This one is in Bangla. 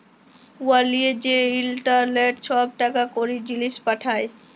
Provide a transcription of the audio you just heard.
উয়ার লিয়ে যে ইলটারলেটে ছব টাকা কড়ি, জিলিস পাঠায়